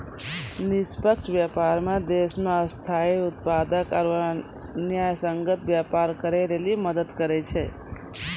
निष्पक्ष व्यापार मे देश मे स्थायी उत्पादक आरू न्यायसंगत व्यापार करै लेली मदद करै छै